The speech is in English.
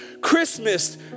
Christmas